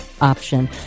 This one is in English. option